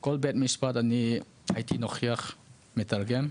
כל משפט אני הייתי נוכח, מתרגם.